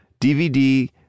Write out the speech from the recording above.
DVD